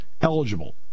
eligible